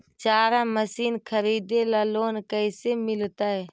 चारा मशिन खरीदे ल लोन कैसे मिलतै?